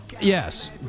Yes